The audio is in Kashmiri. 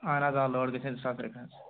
اَہَن حظ آ لٲر گژھِنےَ زٕ ساس رۄپیہِ حظ